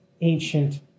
ancient